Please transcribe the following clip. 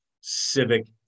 Civic